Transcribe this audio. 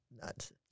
nuts